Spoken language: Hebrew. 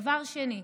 דבר שני,